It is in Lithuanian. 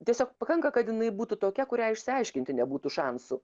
tiesiog pakanka kad jinai būtų tokia kuriai išsiaiškinti nebūtų šansų